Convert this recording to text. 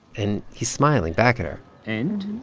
and he's smiling back at her and